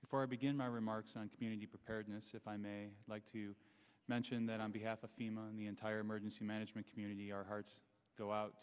before i begin my remarks on community preparedness if i may like to mention that on behalf of on the entire emergency management community our hearts go out